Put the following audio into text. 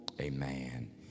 amen